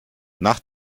nach